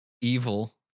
evil